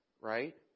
right